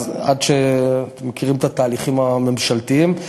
אז עד שמכירים את התהליכים הממשלתיים.